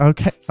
Okay